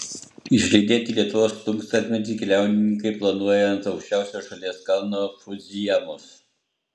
išlydėti lietuvos tūkstantmetį keliauninkai planuoja ant aukščiausio šalies kalno fudzijamos